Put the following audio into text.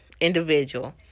individual